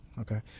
okay